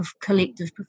collective